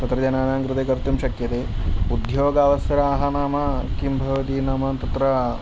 तत्र जनानां कृते कर्तुं शक्यते उद्योगावसराः नाम किं भवति नाम तत्र